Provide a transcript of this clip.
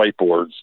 whiteboards